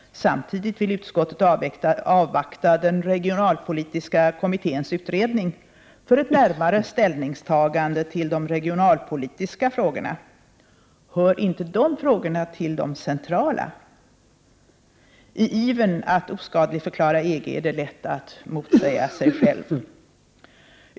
Samtidigt vill utskottet avvakta den regionalpolitiska kommitténs utredning för ett närmare ställningstagande till de regionalpolitiska frågorna. — Hör inte dessa frågor till de centrala? I ivern att oskadligförklara EG är det lätt att motsäga sig själv.